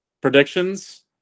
Predictions